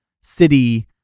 city